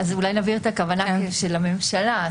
אולי נבהיר את הכוונה של הממשלה.